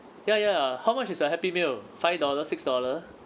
ya ya how much is a happy meal five dollar six dollar